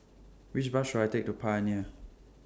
Which Bus should I Take to Pioneer